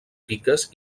piques